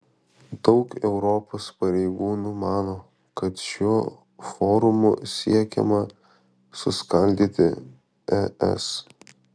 daug europos pareigūnų mano kad šiuo forumu siekiama suskaldyti es